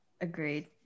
Agreed